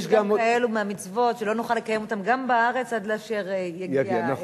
יש גם כאלה מהמצוות שלא נוכל לקיים גם בארץ עד שיגיע בית-המקדש.